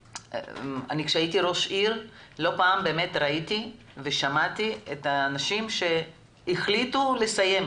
כשהייתי ראשת עיר לא פעם באמת ראיתי ושמעתי את האנשים שהחליטו לסיים,